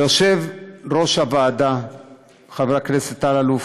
ליושב-ראש הוועדה חבר הכנסת אלאלוף,